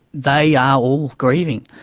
they are all grieving,